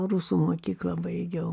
rusų mokyklą baigiau